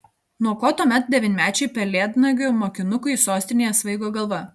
nuo ko tuomet devynmečiui pelėdnagių mokinukui sostinėje svaigo galva